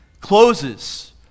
closes